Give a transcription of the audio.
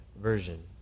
Version